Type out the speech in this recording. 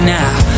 now